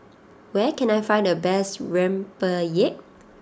where can I find the best Rempeyek